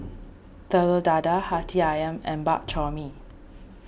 Telur Dadah Hati Ayam and Bak Chor Mee